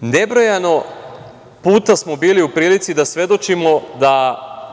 Nebrojeno puta smo bili u prilici da svedočimo da